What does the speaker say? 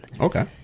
Okay